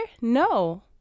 No